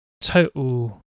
total